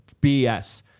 BS